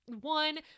One